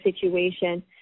situation